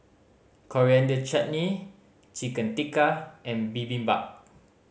Coriander Chutney Chicken Tikka and Bibimbap